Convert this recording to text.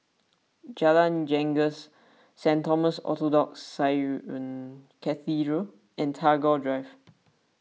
Jalan Janggus Saint Thomas Orthodox Syrian Cathedral and Tagore Drive